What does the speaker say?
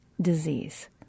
disease